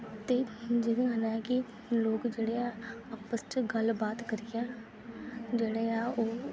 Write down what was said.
ते जि'यां मतलब कि लोग जेह्ड़े ऐ आपस च गल्ल बात करियै जेह्ड़े ऐ ओह्